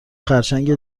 خرچنگ